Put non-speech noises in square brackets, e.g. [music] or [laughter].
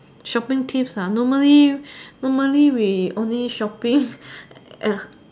shopping tips ah normally normally we only shopping [breath] ya